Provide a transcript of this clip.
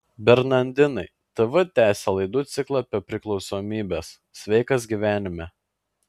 bernardinai tv tęsia laidų ciklą apie priklausomybes sveikas gyvenime